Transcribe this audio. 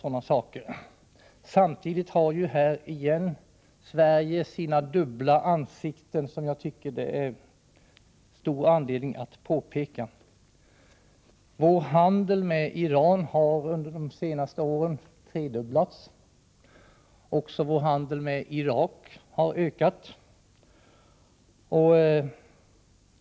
Men här visar Sverige åter sina dubbla ansikten, vilket jag tycker det finns stor anledning att påpeka. Vår handel med Iran har under de senaste åren tredubblats. Också vår handel med Irak har ökat.